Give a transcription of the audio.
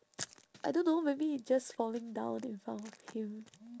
I don't know maybe just falling down in front of him